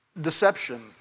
deception